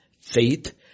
faith